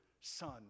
son